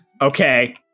Okay